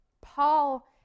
Paul